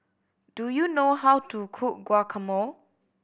do you know how to cook Guacamole